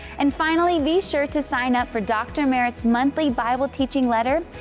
and finally, be sure to sign up for dr. merritt's monthly bible teaching letter.